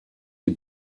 die